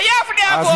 חייב לעבוד,